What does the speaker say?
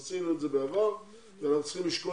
עשינו את זה בעבר ואנחנו צריכים לשקול